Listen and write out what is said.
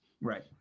Right